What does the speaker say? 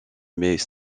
mais